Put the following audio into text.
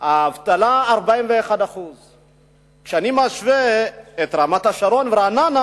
האבטלה 41%. כשאני משווה לרמת-השרון ורעננה,